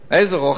איזה רוחב?